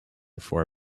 for